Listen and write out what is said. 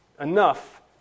enough